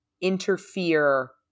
interfere –